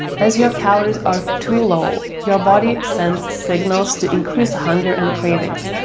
as your calories are too low, your body sends signals to increase hunger and cravings,